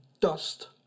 dust